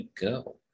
go